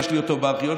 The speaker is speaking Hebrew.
יש לי אותו בארכיון,